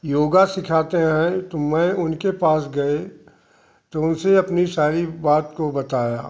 योग सिखाते हैं तो मैं उनके पास गए तो उनसे अपनी सारी बात को बताया